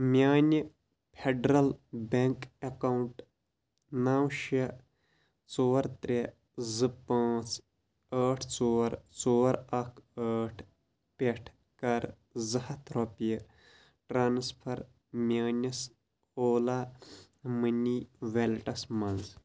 میٛانہِ Federal Bank account نَو شےٚ ژور ترٛےٚ زٕ پانٛژ ٲٹھ ژور ژور اَکھ ٲٹھ پٮ۪ٹھ کَر زٕ ہتھ رۄپیہِ ٹرٛانٕسفر میٛٲنِس اولا مٔنی ویلیٹَس مَنٛز